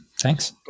thanks